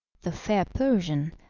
the fair persian,